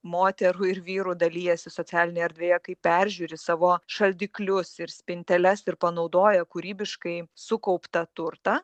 moterų ir vyrų dalijasi socialinėj erdvėje kaip peržiūri savo šaldiklius ir spinteles ir panaudoja kūrybiškai sukauptą turtą